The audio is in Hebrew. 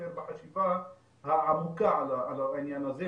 יותר בחשיבה עמוקה על העניין הזה,